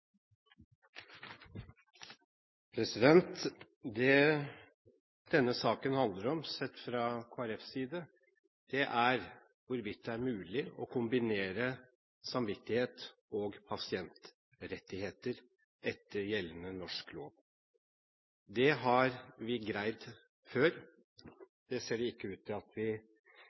Det denne saken handler om, sett fra Kristelig Folkepartis side, er hvorvidt det er mulig å kombinere samvittighet og pasientrettigheter etter gjeldende norsk lov. Det har vi greid før, men det ser det ikke ut til at vi